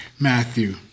Matthew